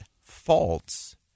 false